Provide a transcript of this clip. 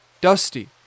Dusty